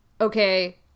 okay